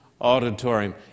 auditorium